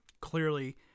Clearly